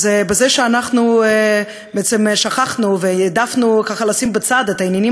אז בזה שאנחנו שכחנו והעדפנו לשים בצד את העניינים